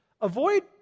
avoid